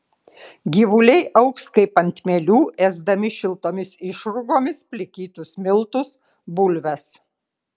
gyvuliai augs kaip ant mielių ėsdami šiltomis išrūgomis plikytus miltus bulves